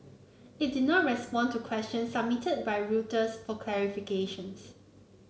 it did not respond to questions submitted by Reuters for clarifications